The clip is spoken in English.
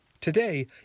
Today